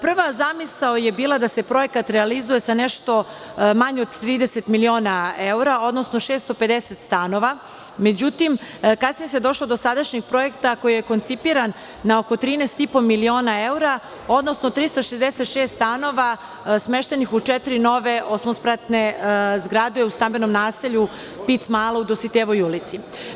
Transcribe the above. Prva zamisao je bila da se projekat realizuje sa nešto manje od 30 miliona evra, odnosno 650 stanova, međutim kasnije se došlo do sadašnjeg projekta koji je koncipiran na oko 13,5 miliona evra, odnosno 366 stanova smeštenih u četiri nove osmospratne zgrade u stambenom naselju Pic mala u Dositejevoj ulici.